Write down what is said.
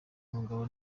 umugabo